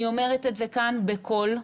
אני אומרת את זה כאן בקול,